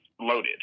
loaded